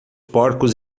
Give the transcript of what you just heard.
porcos